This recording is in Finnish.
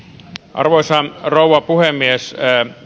arvoisa rouva puhemies